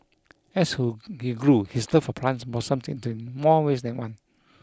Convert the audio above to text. as grew his love for plants blossomed to more ways than one